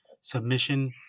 submission